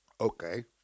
Okay